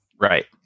Right